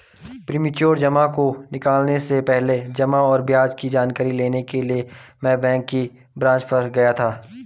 premature जमा को निकलने से पहले जमा और ब्याज की जानकारी लेने के लिए मैं बैंक की ब्रांच पर गया था